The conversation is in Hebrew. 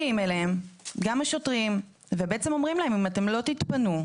מגיעים אליהם גם השוטרים ובעצם אומרים להם 'אם לא תתפנו,